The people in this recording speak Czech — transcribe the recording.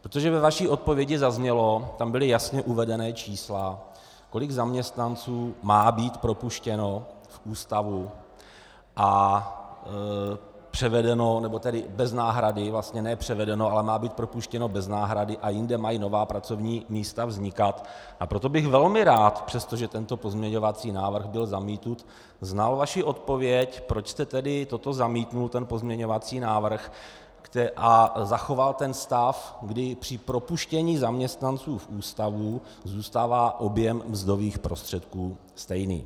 Protože ve vaší odpovědi zaznělo, tam byla jasně uvedená čísla, kolik zaměstnanců má být propuštěno z ústavu a převedeno bez náhrady ne převedeno, ale má být propuštěno bez náhrady a jinde mají nová pracovní místa vznikat, a proto bych velmi rád, přestože tento pozměňovací návrh byl zamítnut, znal vaši odpověď, proč jste tedy toto zamítl, ten pozměňovací návrh, a zachoval ten stav, kdy při propuštění zaměstnanců z ústavu zůstává objem mzdových prostředků stejný.